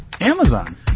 Amazon